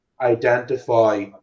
identify